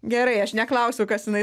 gerai aš neklausiu kas jinai